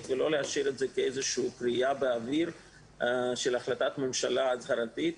ולא להשאיר את זה תלוי באוויר כהחלטת ממשלה הצהרתית,